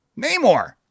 Namor